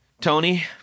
Tony